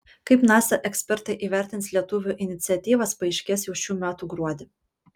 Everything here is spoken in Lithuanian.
kaip nasa ekspertai įvertins lietuvių iniciatyvas paaiškės jau šių metų gruodį